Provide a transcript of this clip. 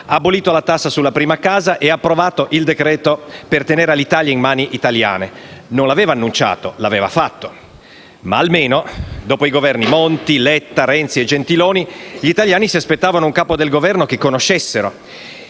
abolito la tassa sulla prima casa e approvato il provvedimento per tenere Alitalia in mani italiane. Non l'aveva annunciato: l'aveva fatto. Ma, almeno, dopo i Governi Monti, Letta, Renzi e Gentiloni Silveri, gli italiani si aspettavano un capo del Governo che conoscessero,